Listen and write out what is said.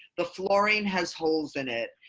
the flooring has holes in it.